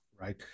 Right